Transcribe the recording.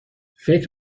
فکر